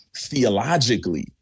theologically